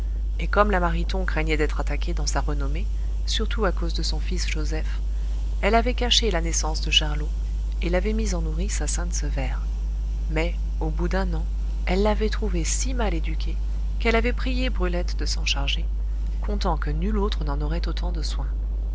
et comme la mariton craignait d'être attaquée dans sa renommée surtout à cause de son fils joseph elle avait caché la naissance de charlot et l'avait mis en nourrice à sainte sevère mais au bout d'un an elle l'avait trouvé si mal éduqué qu'elle avait prié brulette de s'en charger comptant que nulle autre n'en aurait autant de soin